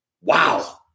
Wow